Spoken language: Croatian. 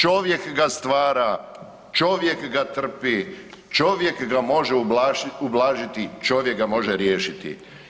Čovjek ga stvara, čovjek ga trpi, čovjek ga može ublažiti, čovjek ga može riješiti.